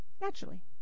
naturally